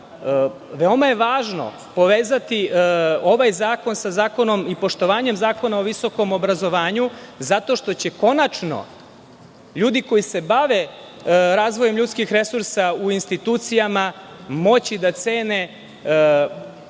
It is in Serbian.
veoma je važno povezati ovaj zakon sa poštovanjem Zakona o visokom obrazovanju, zato što će konačno ljudi koji se bave razvojem ljudskih resursa u institucijama moći da cene u